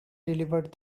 delivered